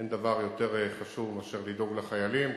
אין דבר יותר חשוב מאשר לדאוג לחיילים.